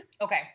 Okay